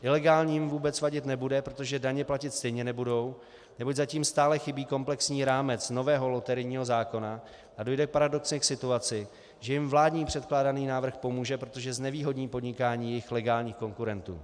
Ilegálním vůbec vadit nebude, protože daně stejně platit nebudou, neboť zatím stále chybí komplexní rámec nového loterijního zákona, a dojde paradoxně k situaci, že jim vládní předkládaný návrh pomůže, protože znevýhodní podnikání jejich legálních konkurentů.